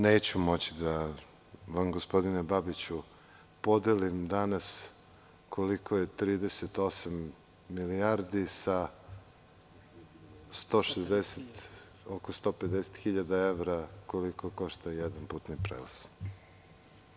Neću moći da vam danas, gospodine Babiću, podelim koliko je 38 milijardi sa 150.000 evra, koliko košta jedan putni prelaz.